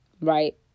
right